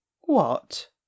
What